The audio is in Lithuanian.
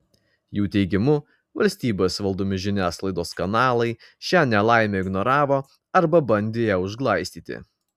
jų teigimu valstybės valdomi žiniasklaidos kanalai šią nelaimę ignoravo arba bandė ją užglaistyti